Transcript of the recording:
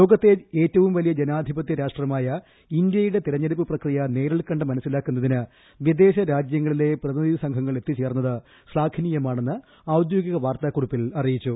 ലോകത്തെ ഏറ്റവും വലിയ ജനാധിപത്യ രാഷ്ട്രമായ ഇന്ത്യയുടെ തെരഞ്ഞെടുപ്പ് പ്രക്രിയ നേരിൽകണ്ട് മനസിലാക്കുന്നതിന് വിദേശരാജൃങ്ങളിലെ പ്രതിനിധിസംഘങ്ങൾ എത്തിച്ചേർന്നത്ത് ശ്ലാഘനീയമാണെന്ന് ഔദ്യോഗിക വാർത്താകുറിപ്പിൽ അറിയിച്ചു